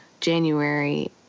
January